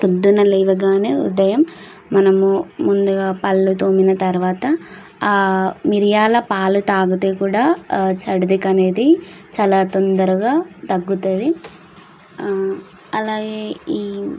పొద్దున లేవగానే ఉదయం మనము ముందుగా పళ్ళు తోమిన తర్వాత మిరియాల పాలు తాగితే కూడా ఆ సర్ది అనేది చాలా తొందరగా తగ్గుతుంది అలాగే ఈ